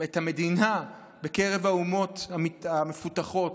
את המדינה בקרב האומות המתפתחות